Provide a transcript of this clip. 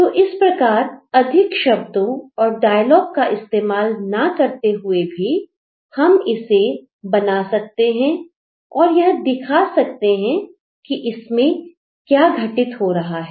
तो इस प्रकार अधिक शब्दों और डायलॉग का इस्तेमाल ना करते हुए भी हम इसे बना सकते हैं और यह दिखा सकते हैं कि इसमें क्या घटित हो रहा है